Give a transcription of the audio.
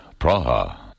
Praha